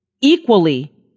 equally